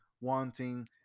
wanting